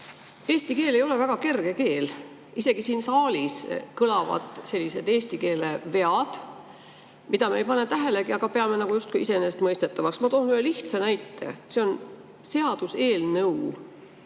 Eesti keel ei ole väga kerge keel. Isegi siin saalis kõlavad sellised eesti keele vead, mida me ei pane tähelegi, peame justkui iseenesestmõistetavaks. Ma toon ühe lihtsa näite, see on sõna "seaduseelnõu".